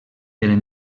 eren